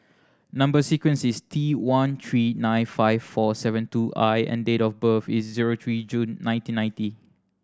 number sequence is T one three nine five four seven two I and date of birth is zero three June nineteen ninety